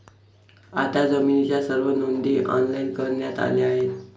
आता जमिनीच्या सर्व नोंदी ऑनलाइन करण्यात आल्या आहेत